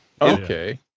Okay